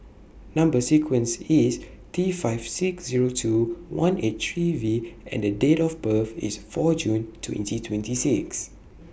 Number sequence IS T five six Zero two one eight three V and Date of birth IS four June twenty twenty six